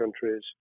countries